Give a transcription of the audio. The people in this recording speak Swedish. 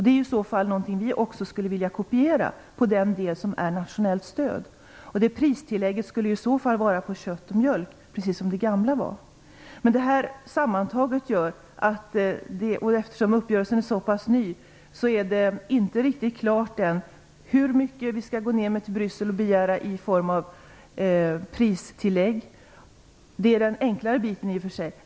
Det är i så fall något som vi också skulle vilja kopiera på den delen som är nationellt stöd. Det pristillägget skulle i så fall gälla kött och mjölk precis som det gamla. Sammantaget och eftersom uppgörelsen är såpass ny medför detta att det ännu inte är riktigt klart hur mycket vi i Bryssel skall begära i form av pristillägg. Det är i för sig den enklare biten.